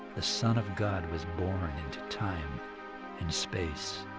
the son of god was born into time and space.